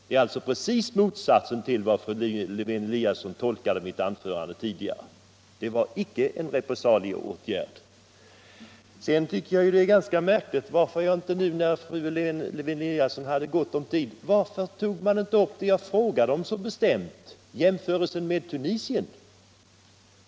Det är alltså raka motsatsen till fru Lewéån-Eliassons tolkning av mitt tidigare anförande. Det är icke en repressalieåtgärd. Sedan tycker jag det är märkligt att fru Lewén-Eliasson, när hon nu hade gott om tid, inte tog upp vad jag frågade efter så bestämt, nämligen en jämförelse mellan Cuba och Tunisien.